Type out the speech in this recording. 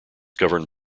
governed